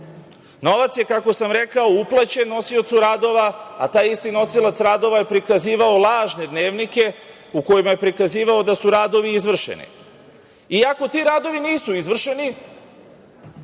je, kako sam rekao, uplaćen nosiocu radova, a taj isti nosilac radova je prikazivao lažne dnevnike u kojima je prikazivao da su radovi izvršeni. Iako ti radovi nisu izvršeni,